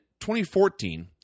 2014